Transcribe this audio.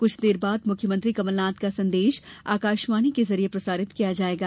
कुछ देर बाद मुख्यमंत्री कमलनाथ का संदेश आकाशवाणी के जरिए प्रसारित किया जायेगा